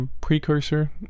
precursor